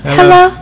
Hello